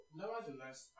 nevertheless